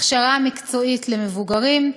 הכשרה מקצועית למבוגרים,